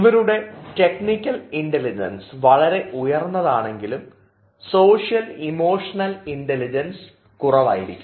ഇവരുടെ technical intelligence വളരെ ഉയർന്നതാണെങ്കിലും സോഷ്യൽ ഇമോഷണൽ ഇൻറലിജൻസ് കുറവായിരിക്കും